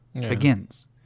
begins